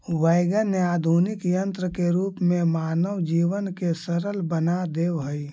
wagon ने आधुनिक यन्त्र के रूप में मानव जीवन के सरल बना देवऽ हई